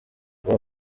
uwo